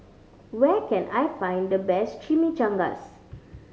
where can I find the best Chimichangas